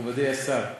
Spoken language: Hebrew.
מכובדי השר,